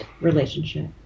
relationship